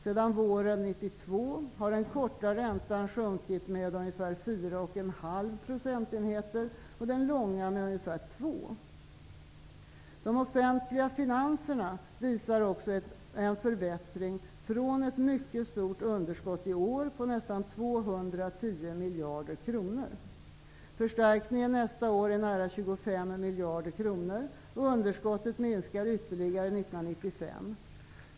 Sedan våren 1992 har den korta räntan sjunkit med ungefär 4,5 procentenheter och den långa med ungefär 2. De offentliga finanserna uppvisar också en förbättring från ett mycket stort underskott i år på nästan 210 miljarder kronor. Förstärkningen nästa år är nära 25 miljarder kronor, och underskottet minskar ytterligare 1995.